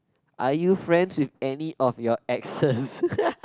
are you friends with any of your exes